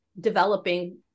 developing